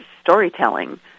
storytelling